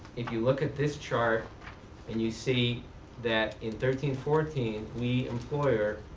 if you look at this chart and you see that in thirteen fourteen we employer